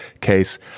case